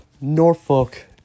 Norfolk